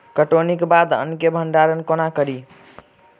कटौनीक बाद अन्न केँ भंडारण कोना करी?